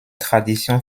tradition